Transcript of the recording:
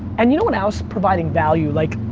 and you know what else? providing value. like,